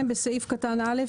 בסעיף קטן (א)